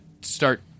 start